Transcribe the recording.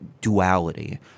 duality